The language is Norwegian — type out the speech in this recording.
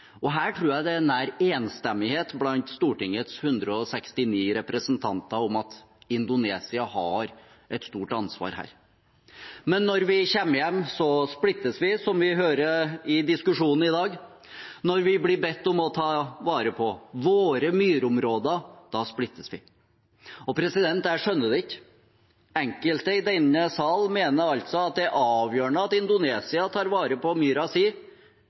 jeg tror det er nær enstemmighet blant Stortingets 169 representanter om at Indonesia har et stort ansvar her. Men når vi kommer hjem, da splittes vi, som vi hører i diskusjonen i dag. Når vi blir bedt om å ta vare på våre myrområder, da splittes vi. Jeg skjønner det ikke. Enkelte i denne sal mener altså at det er avgjørende at Indonesia tar vare på myra si,